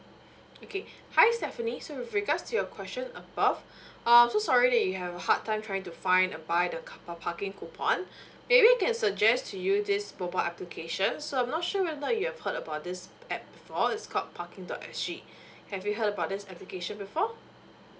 okay hi stephanie so with regards to your question above um so sorry that you have a hard time trying to find and buy the carpa~ parking coupon maybe we can suggest to you this mobile application so I'm not sure whether you have heard about this at before it's called parking dot S G have you heard about this application before